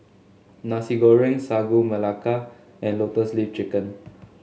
Nasi Goreng Sagu Melaka and Lotus Leaf Chicken